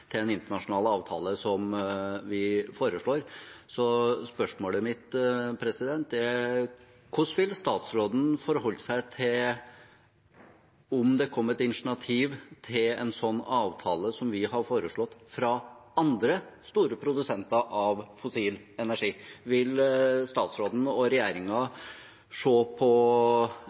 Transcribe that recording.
til en internasjonal avtale, som vi foreslår. Det ene spørsmålet mitt er: Hvordan vil statsråden forholde seg om det kommer et initiativ til en slik avtale som vi har foreslått, fra andre store produsenter av fossil energi – vil statsråden og regjeringen se på